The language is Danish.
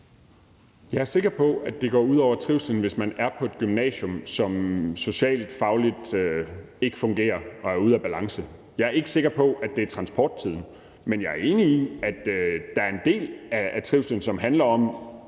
Jeg er sikker på, at det går ud over trivslen, hvis man er på et gymnasium, som socialt og fagligt ikke fungerer og er ude af balance. Jeg er ikke sikker på, at det er transporttiden. Men jeg er enig i, at der er en del af trivslen, som handler om,